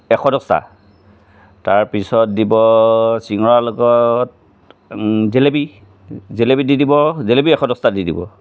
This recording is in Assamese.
এশ দছটা তাৰপিছত দিব চিঙৰা লগত জেলেপী জেলেপী জেলেপী দি দিব জেলেপী এশ দছটা দি দিব